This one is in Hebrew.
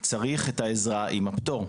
צריך את העזרה עם הפטור.